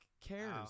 cares